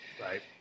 Right